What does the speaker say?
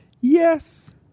Yes